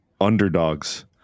underdogs